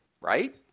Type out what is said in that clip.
right